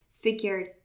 figured